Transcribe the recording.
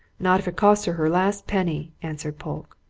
not if it costs her her last penny! answered polke.